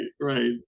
right